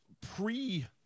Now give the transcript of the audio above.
pre